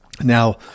Now